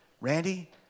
Randy